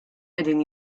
qegħdin